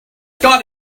got